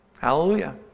Hallelujah